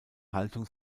haltung